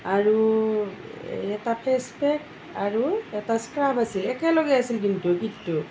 আৰু এটা face pack আৰু এটা স্ক্ৰাব আছে একেলগে আছিল কিন্তু পিকটো